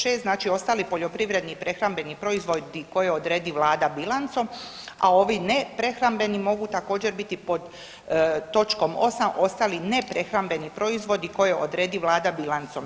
6 znači ostali poljoprivredni i prehrambeni proizvodi koje odredi Vlada bilancom, a ovi neprehrambeni mogu također, biti pod točkom 8, ostali neprehrambeni proizvodi koje odredi Vlada bilancom.